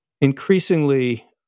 Increasingly